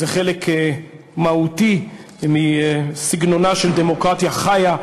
זה חלק מהותי מסגנונה של דמוקרטיה חיה,